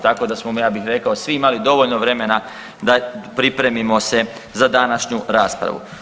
Tako da smo ja bih rekao svi imali dovoljno vremena da pripremimo se za današnju raspravu.